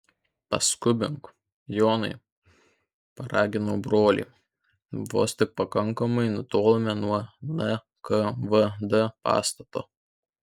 pasiskubink jonai paraginau brolį vos tik pakankamai nutolome nuo nkvd pastato